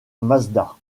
mazda